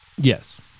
Yes